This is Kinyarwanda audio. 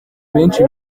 benshi